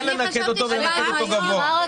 כן לנקד אותו ולנקד אותו גבוה.